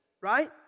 Right